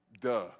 Duh